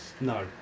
No